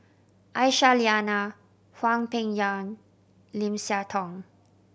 Aisyah Lyana Hwang Peng Yuan Lim Siah Tong